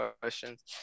questions